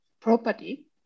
property